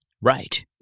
right